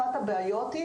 אחת הבעיות,